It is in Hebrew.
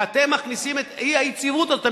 ואתם מכניסים את האי-יציבות הזאת.